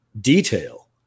detail